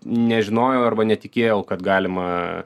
nežinojau arba netikėjau kad galima